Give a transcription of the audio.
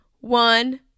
one